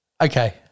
Okay